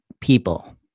people